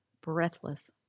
breathless